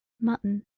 mutton.